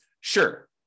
Sure